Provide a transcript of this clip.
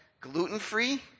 gluten-free